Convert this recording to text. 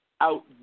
out